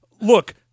Look